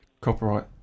Copyright